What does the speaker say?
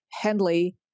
Henley